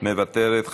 מוותרת,